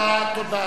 תודה.